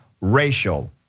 Racial